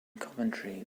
coventry